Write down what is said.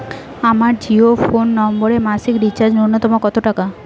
আমার জিও ফোন নম্বরে মাসিক রিচার্জ নূন্যতম কত টাকা?